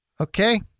Okay